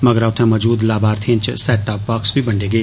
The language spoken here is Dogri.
मगरा उत्थें मजूद लाभार्थियें च सैट टाप बाक्स बी बंडे गे